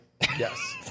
Yes